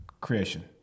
Creation